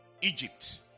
Egypt